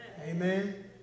Amen